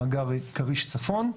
מאגר כריש צפון.